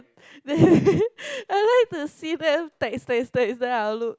I like to see them text text text then I'll look